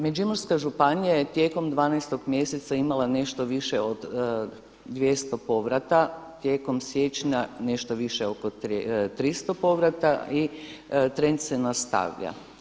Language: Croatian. Međimurska županija je tijekom 12. mjeseca imala nešto više od 200 povrata, tijekom siječnja nešto više od 300 povrata i trend se nastavlja.